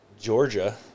Georgia